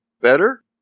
better